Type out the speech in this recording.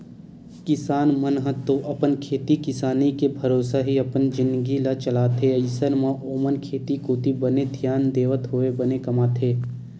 किसान मन ह तो अपन खेती किसानी के भरोसा ही अपन जिनगी ल चलाथे अइसन म ओमन खेती कोती बने धियान देवत होय बने कमाथे